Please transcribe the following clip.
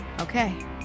Okay